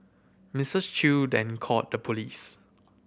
Misses Chew then called the police